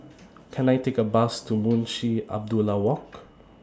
Can I Take A Bus to Munshi Abdullah Walk